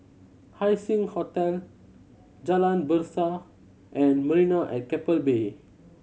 Haising Hotel Jalan Berseh and Marina at Keppel Bay